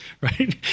right